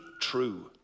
true